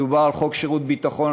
מדובר על חוק שירות ביטחון,